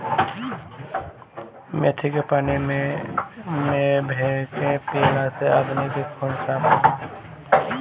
मेथी के पानी में भे के पियला से आदमी के खून साफ़ रहेला